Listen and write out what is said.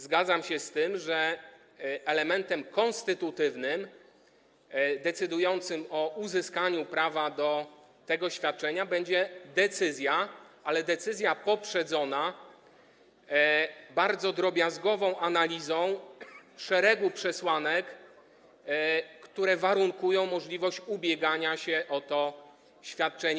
Zgadzam się z tym, że elementem konstytutywnym decydującym o uzyskaniu prawa do tego świadczenia będzie decyzja, ale decyzja poprzedzona bardzo drobiazgową analizą szeregu przesłanek, które warunkują możliwość ubiegania się o to świadczenie.